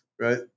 right